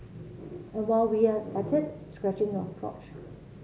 and while we're at it scratching your crotch